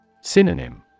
Synonym